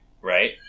right